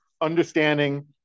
understanding